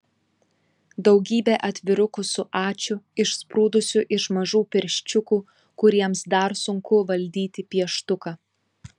daugybė atvirukų su ačiū išsprūdusiu iš mažų pirščiukų kuriems dar sunku valdyti pieštuką